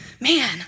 man